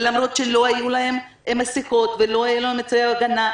ולמרות שלא היו להם מסיכות ולא היו להם אמצעי הגנה,